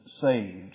Saved